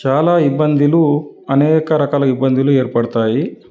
చాలా ఇబ్బందులు అనేక రకాల ఇబ్బందులు ఏర్పడతాయి